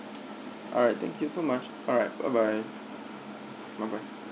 alright thank you so much alright bye bye bye bye